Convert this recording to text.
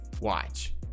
watch